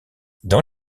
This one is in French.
dans